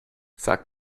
sag